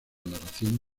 narración